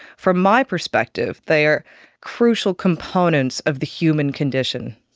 from my perspective, they are crucial components of the human condition.